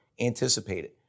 anticipated